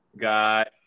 Got